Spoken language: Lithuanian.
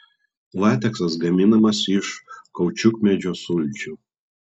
lateksas gaminamas iš kaučiukmedžių sulčių